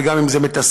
וגם אם זה מתסכל,